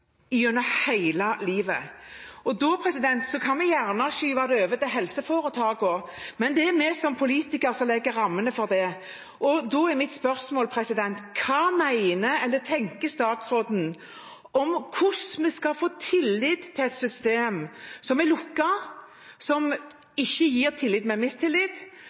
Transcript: hele livet. Vi kan gjerne skyve det over til helseforetakene, men det er vi som politikere som legger rammene for det. Da er mitt spørsmål: Hva mener – eller tenker – statsråden om hvordan vi skal få tillit til et system som er lukket, som ikke gir tillit, men mistillit,